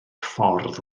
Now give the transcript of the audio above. ffordd